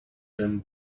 them